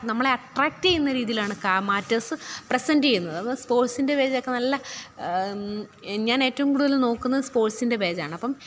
നമ്മളെ അട്ട്രാക്റ്റ്യ്യുന്ന രീതിയിലാണ് കാ മാറ്റേഴ്സ് പ്രസൻറ്റ്യ്യുന്നത് അപ്പോള് സ്പോർട്സിൻ്റെ പേജൊക്കെ നല്ല ഞാനേറ്റവും കൂടുതൽ നോക്കുന്നത് സ്പോർട്സിൻ്റെ പേജാണ് അപ്പോള്